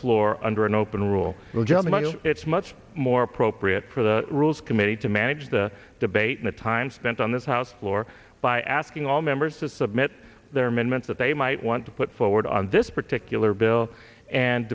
floor under an open rule well jim i know it's much more appropriate for the rules committee to manage the debate in the time spent on this house floor by asking all members to submit their amendments that they might want to put forward on this particular bill and